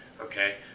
okay